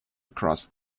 across